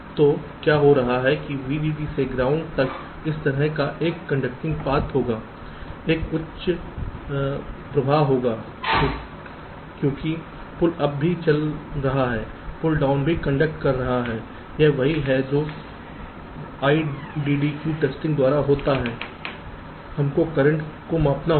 तो क्या हो रहा है कि वीडीडी से ग्राउंड तक इस तरह का एक कंडक्टिंग पथ होगा एक उच्च प्रवाह होगा क्योंकि पुल अप भी चल रहा है पुल डाउन भी कंडक्ट कर रहा है यह वही है जो आईडीडीक्यू टेस्टिंग IDDQ testing द्वारा होता है हमको करंट को मापना होगा